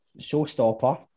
showstopper